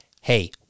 hey